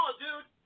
dude